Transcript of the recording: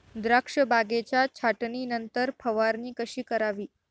द्राक्ष बागेच्या छाटणीनंतर फवारणी कशी करावी?